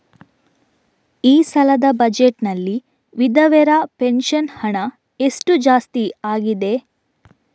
ಈ ಸಲದ ಬಜೆಟ್ ನಲ್ಲಿ ವಿಧವೆರ ಪೆನ್ಷನ್ ಹಣ ಎಷ್ಟು ಜಾಸ್ತಿ ಆಗಿದೆ?